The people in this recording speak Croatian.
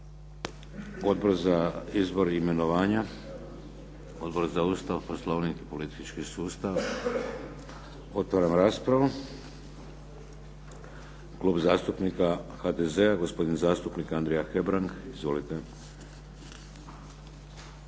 Odbor za izbor i imenovanja? Odbor za Ustav, poslovnik i politički sustav? Otvaram raspravu. Klub zastupnika HDZ-a gospodin zastupnik Andrija Hebrang. Izvolite.